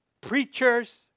Preachers